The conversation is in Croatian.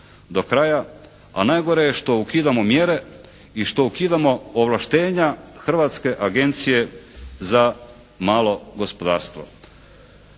do kraja. Ali najgore je što ukidamo mjere i što ukidamo ovlaštenja Hrvatske agencije za malo gospodarstvo.